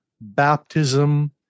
Baptism